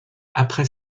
après